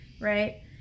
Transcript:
Right